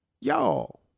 Y'all